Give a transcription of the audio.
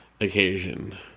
occasion